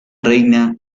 reina